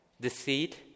deceit